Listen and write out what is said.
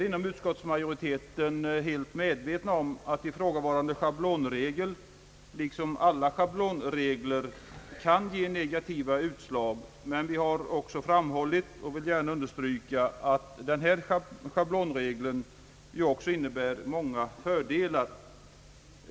Inom utskottsmajoriteten är vi väl medvetna om att ifrågavarande schablonregel, liksom alla schablonregler, kan ge negativa utslag, men vi har också framhållit, vilket jag gärna vill understryka, att den här schablonregeln ju också innebär många fördelar.